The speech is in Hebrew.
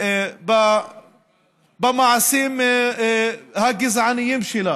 במעשים הגזעניים שלה